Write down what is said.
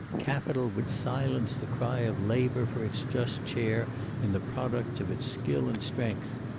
capital would silence the cry of labor for its just share in the products of its skill and strength!